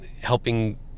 helping